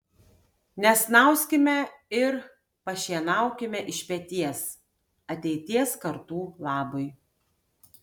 nesnauskime ir pašienaukime iš peties ateities kartų labui